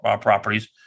properties